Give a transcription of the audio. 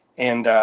and,